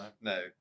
no